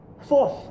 Fourth